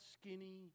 skinny